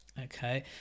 Okay